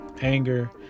anger